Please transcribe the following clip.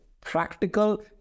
practical